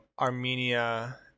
Armenia